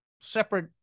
separate